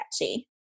catchy